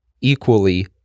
equally